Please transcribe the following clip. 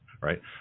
right